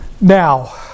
Now